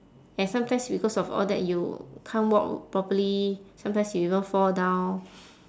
and sometimes because of all that you can't walk properly sometimes you even fall down